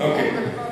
יבורר,